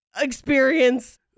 experience